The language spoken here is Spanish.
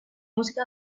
música